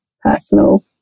personal